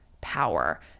power